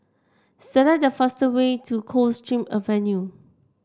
select the fastest way to Coldstream Avenue